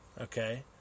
okay